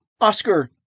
Oscar